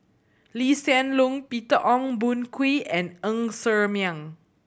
Lee Hsien Loong Peter Ong Boon Kwee and Ng Ser Miang